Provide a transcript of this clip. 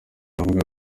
aravuga